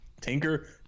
Tinker